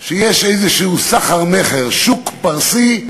שיש איזה סחר-מכר, שוק פרסי,